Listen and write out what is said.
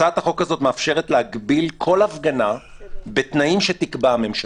הצעת החוק הזו מאפשרת להגביל כל הפגנה בתנאים שתקבע הממשלה,